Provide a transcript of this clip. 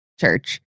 church